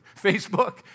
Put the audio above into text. Facebook